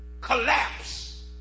collapse